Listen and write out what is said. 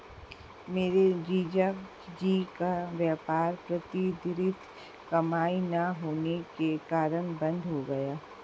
मेरे जीजा जी का व्यापार प्रतिधरित कमाई ना होने के कारण बंद हो गया